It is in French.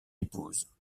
épouse